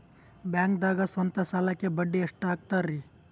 ಬ್ಯಾಂಕ್ದಾಗ ಸ್ವಂತ ಸಾಲಕ್ಕೆ ಬಡ್ಡಿ ಎಷ್ಟ್ ಹಕ್ತಾರಿ?